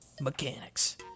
mechanics